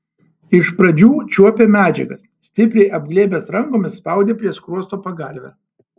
iš pradžių čiuopė medžiagas stipriai apglėbęs rankomis spaudė prie skruosto pagalvę